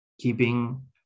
keeping